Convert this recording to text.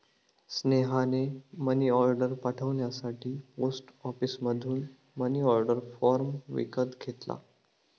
स्नेहाने मनीऑर्डर पाठवण्यासाठी पोस्ट ऑफिसमधून मनीऑर्डर फॉर्म विकत घेतला